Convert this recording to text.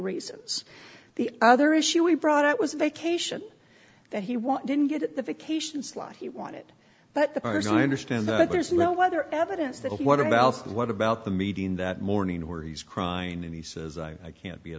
reasons the other issue we brought up was vacation that he won't didn't get the vacation slot he wanted but the as i understand that there's no other evidence that what about what about the meeting that morning where he's crying and he says i can't be a